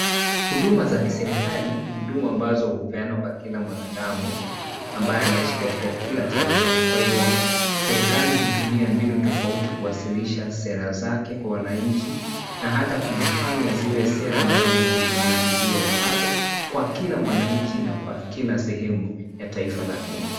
Huduma za kiserekali ni huduma mbazo hupeanwa kwa kila mwanadamu, ambayo anaishi katika kila taifa. Kwa hivo, serekali hutumia mbinu tofauti kuwasilisha sera zake kwa wanainchi na hata kuzifanya ziwe sera mbazo zinapigiwa upato kwa kila mwanainchi na kwa kila sehemu ya Taifa la Kenya.